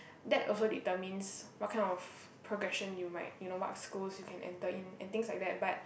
that also determines what kind of progression you might you know what schools you can enter in and things like that but